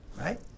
right